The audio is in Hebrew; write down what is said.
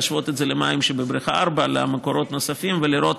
להשוות את זה למים שבבריכה 4 ולמקורות נוספים ולראות